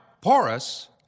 porous